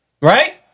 Right